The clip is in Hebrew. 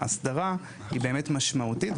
שההסדרה היא באמת משמעותית,